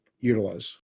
utilize